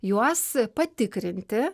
juos patikrinti